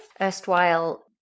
erstwhile